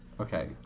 Okay